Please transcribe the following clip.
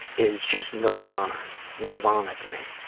is just nirvana nirvana to me.